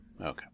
Okay